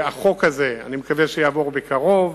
החוק הזה, אני מקווה, יעבור בקרוב.